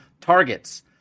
Targets